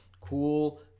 Cool